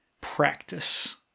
practice